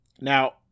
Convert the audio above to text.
Now